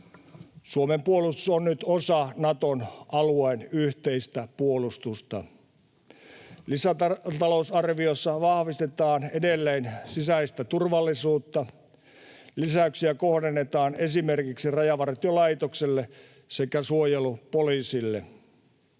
Suomen puolustus on nyt osa Naton alueen yhteistä puolustusta. Lisätalousarviossa vahvistetaan edelleen sisäistä turvallisuutta: lisäyksiä kohdennetaan esimerkiksi Rajavartiolaitokselle sekä suojelupoliisille.